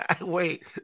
Wait